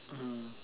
mmhmm